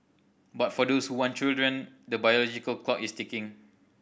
but for those who want children the biological clock is ticking